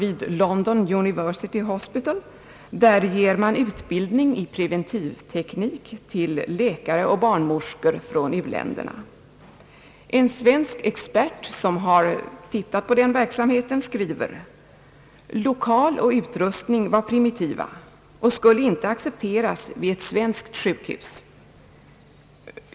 I London ges utbildning i preventivteknik åt läkare och barnmorskor från u-länderna. En svensk expert skriver: »Lokal och utrustning var primitiva och skulle inte accepteras vid ett svenskt sjukhus.